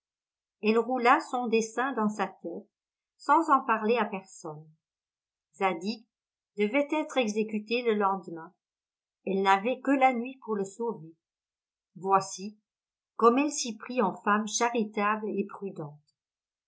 elle roula son dessein dans sa tête sans en parler à personne zadig devait être exécuté le lendemain elle n'avait que la nuit pour le sauver voici comme elle s'y prit en femme charitable et prudente